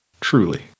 Truly